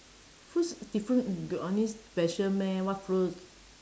fruits different got any special meh what fruits